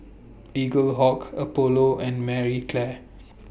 Eaglehawk Apollo and Marie Claire